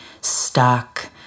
stuck